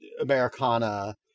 Americana